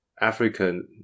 African